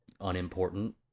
unimportant